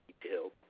detail